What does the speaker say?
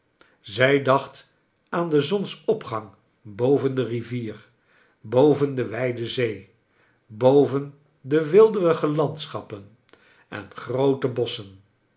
zij dacht aan den zonsopgang boven de rivier boven de wijde zee boven weelderige landschappen en groote bosschen